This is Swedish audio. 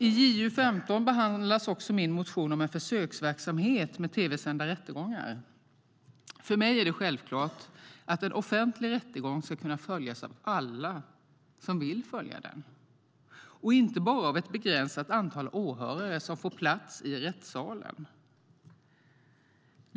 I JuU15 behandlas också min motion om en försöksverksamhet med tv-sända rättegångar. För mig är det självklart att en offentlig rättegång ska kunna följas av alla som vill följa den, inte bara av ett begränsat antal åhörare som får plats i rättssalen.